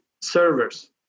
servers